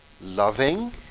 loving